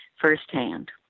firsthand